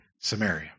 Samaria